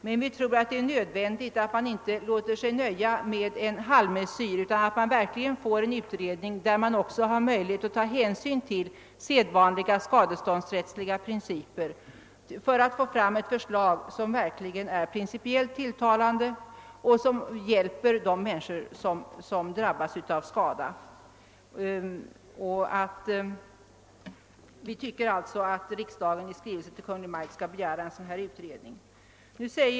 Men vi tror att det är nödvändigt att vi inte låter oss nöja med en halvmesyr utan att vi verkligen får en utredning där man har möjlighet att ta hänsyn till sedvanliga skadeståndsrättsliga principer för att få fram förslag som verkligen är principiellt tilltalande och som hjälper de människor som drabbas av skada. Vi yrkar därför att riksdagen i skrivelse till Kungl. Maj:t skall begära en utredning.